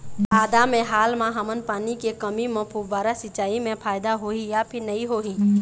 आदा मे हाल मा हमन पानी के कमी म फुब्बारा सिचाई मे फायदा होही या फिर नई होही?